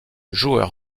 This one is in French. joueur